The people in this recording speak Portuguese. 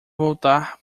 voltar